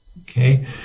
okay